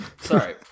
Sorry